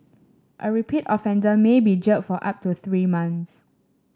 a repeat offender may be jailed for up to three months